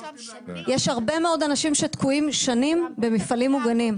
יש הרבה מאוד אנשים שתקועים שנים במפעלים מוגנים.